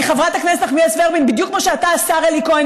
אני חברת הכנסת נחמיאס ורבין בדיוק כמו שאתה השר אלי כהן,